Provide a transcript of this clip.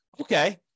Okay